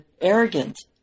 arrogant